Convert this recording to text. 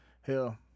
Hell